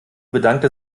bedankte